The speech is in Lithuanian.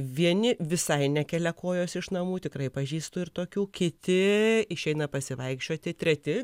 vieni visai nekelia kojos iš namų tikrai pažįstu ir tokių kiti išeina pasivaikščioti treti